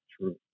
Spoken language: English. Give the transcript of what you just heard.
true